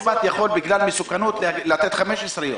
בית משפט יכול בגלל מסוכנות לתת 15 יום.